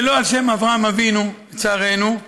ולא על שם אברהם אבינו, לצערנו,